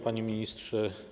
Panie Ministrze!